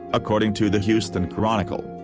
according to the houston chronicle.